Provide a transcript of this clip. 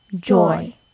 joy